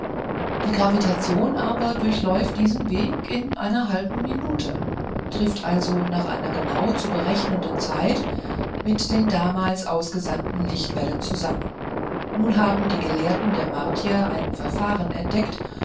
die gravitation aber durchläuft diesen weg in einer halben minute trifft also nach einer genau zu berechnenden zeit mit den damals ausgesandten lichtwellen zusammen nun haben die gelehrten der martier ein verfahren entdeckt